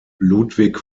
ludwig